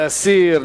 להסיר?